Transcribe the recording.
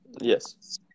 Yes